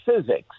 physics